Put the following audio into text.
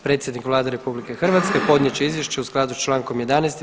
Predsjednik Vlade RH podnijet će izvješće u skladu s čl. 11.